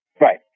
Right